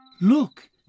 Look